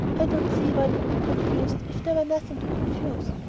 i don't see why it would be confused if there were nothing to confuse.